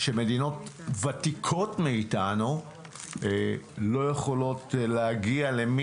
שמדינות ותיקות מאיתנו לא יכולות להגיע אליו